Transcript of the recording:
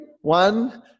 One